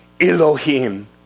Elohim